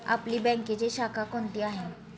आपली बँकेची शाखा कोणती आहे